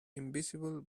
invisible